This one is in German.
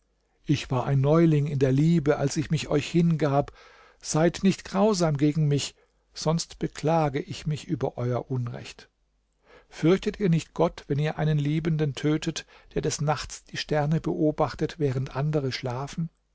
ich war ein neuling in der liebe als ich mich euch hingab seid nicht grausam gegen mich sonst beklage ich mich über euer unrecht fürchtet ihr nicht gott wenn ihr einen liebenden tötet der des nachts die sterne beobachtet während andere schlafen